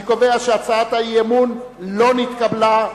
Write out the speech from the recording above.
אני קובע שהצעת האי-אמון לא נתקבלה.